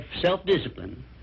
self-discipline